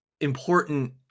important